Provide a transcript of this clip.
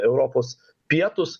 europos pietus